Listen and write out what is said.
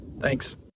Thanks